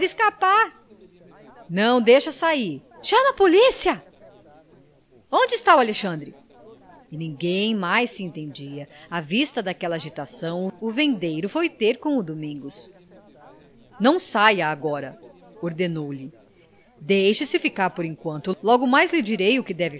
escapar não deixe sair chame a polícia onde está o alexandre e ninguém mais se entendia à vista daquela agitação o vendeiro foi ter com o domingos não saia agora ordenou-lhe deixe-se ficar por enquanto logo mais lhe direi o que